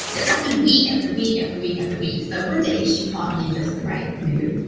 this happened week after week, after week, after week, so one day, she caught me in just the right mood,